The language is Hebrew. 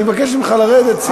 אני מבקש ממך לרדת.